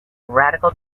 radical